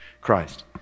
Christ